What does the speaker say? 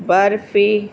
barfi